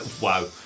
Wow